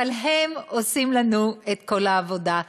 אבל הם עושים לנו את כל העבודה.